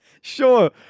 Sure